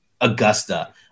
Augusta